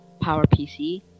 PowerPC